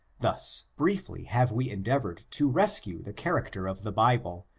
thus briefly have we endeavored to rescue the character of the bible,